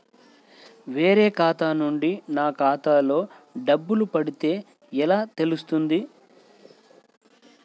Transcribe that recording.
వేరే ఖాతా నుండి నా ఖాతాలో డబ్బులు పడితే ఎలా తెలుస్తుంది?